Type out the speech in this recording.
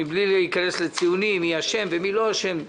מבלי להיכנס לציונים מי אשם ומי לא אשם,